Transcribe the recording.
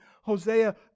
Hosea